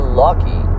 lucky